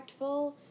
impactful